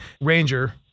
Ranger